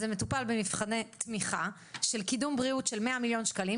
זה מטופל במבחני תמיכה של קידום בריאות של 100 מיליון ₪,